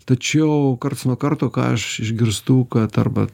tačiau karts nuo karto ką aš išgirstu kad arba